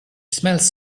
smells